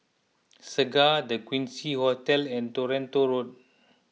Segar the Quincy Hotel and Toronto Road